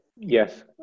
Yes